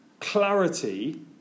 clarity